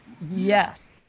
Yes